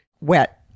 wet